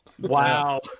wow